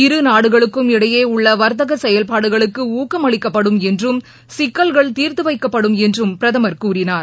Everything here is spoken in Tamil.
இருநாடுகளுக்கும் இளடயேஉள்ளவர்த்தகசெயல்பாடுகளுக்குணக்கமளிக்கப்படும் என்றும் சிக்கல்கள் தீர்த்துவைக்கப்படும் என்றும் பிரதமர் கூறினார்